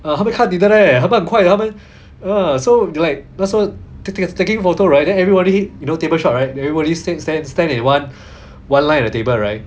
ah 他们看你的 leh 他们很快的他们 ah so like 那时候 taking taking photo right everybody you know table shot right everybody says stand in one one line at the table right